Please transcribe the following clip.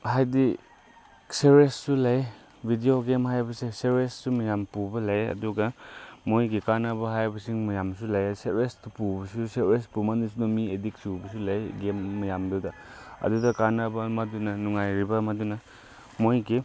ꯍꯥꯏꯗꯤ ꯁꯦꯔꯦꯁꯁꯨ ꯂꯩ ꯚꯤꯗꯤꯑꯣ ꯒꯦꯝ ꯍꯥꯏꯕꯁꯦ ꯁꯦꯔꯦꯁꯁꯨ ꯌꯥꯝ ꯄꯨꯕ ꯂꯩ ꯑꯗꯨꯒ ꯃꯣꯏꯒꯤ ꯀꯥꯅꯕ ꯍꯥꯏꯕꯁꯤꯡ ꯃꯌꯥꯝꯁꯨ ꯂꯩ ꯁꯦꯔꯦꯁꯇ ꯄꯨꯕꯁꯦ ꯁꯦꯔꯦꯁ ꯄꯨꯃꯟꯗꯅ ꯃꯤ ꯑꯦꯗꯤꯛ ꯆꯨꯕꯁꯨ ꯂꯩ ꯒꯦꯝ ꯃꯌꯥꯝꯗꯨꯗ ꯑꯗꯨꯗ ꯀꯥꯟꯅꯕ ꯑꯃꯗꯨꯅ ꯅꯨꯡꯉꯥꯏꯔꯤꯕ ꯑꯃꯗꯨꯅ ꯃꯣꯏꯒꯤ